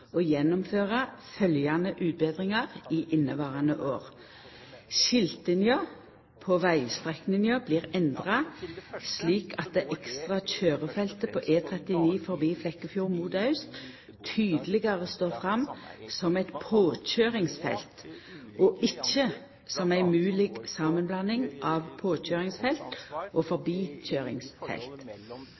å gjennomføra følgjande utbetringar i inneverande år: Skiltinga på vegstrekninga blir endra slik at det ekstra køyrefeltet på E39 forbi Flekkefjord mot aust tydelegare står fram som eit påkøyringsfelt og ikkje som ei mogleg samanblanding av påkøyringsfelt og